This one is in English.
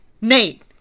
Nate